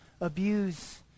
abuse